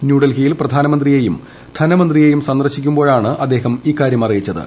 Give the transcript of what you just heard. ന്യൂഡൽഹിയിൽ പ്രധാനമന്ത്രിയേയും ധനമന്ത്രിയേയും സന്ദർശിക്കുമ്പോഴാണ് അദ്ദേഹം ഇക്കാര്യം അറിയിച്ചത്